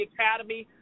Academy